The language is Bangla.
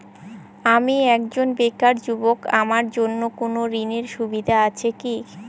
আমি একজন বেকার যুবক আমার জন্য কোন ঋণের সুবিধা আছে কি?